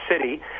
city